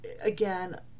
again